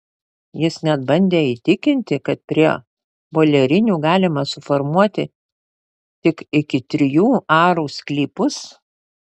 jis net bandė įtikinti kad prie boilerinių galima suformuoti tik iki trijų arų sklypus